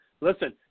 Listen